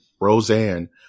Roseanne